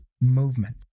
movement